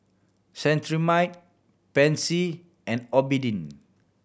Cetrimide Pansy and Obimin